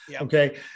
Okay